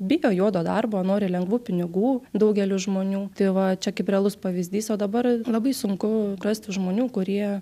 bijo juodo darbo nori lengvų pinigų daugeliui žmonių tai va čia kaip realus pavyzdys o dabar labai sunku rasti žmonių kurie